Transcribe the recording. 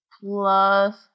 plus